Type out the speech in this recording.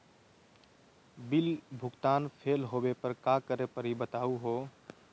Bill भुगतान fail होवे पर का करै परही, बताहु हो?